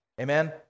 Amen